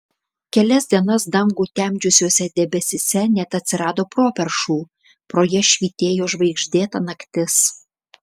kelias dienas dangų temdžiusiuose debesyse net atsirado properšų pro jas švytėjo žvaigždėta naktis